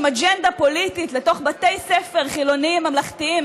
אג'נדה פוליטית לתוך בתי ספר חילוניים ממלכתיים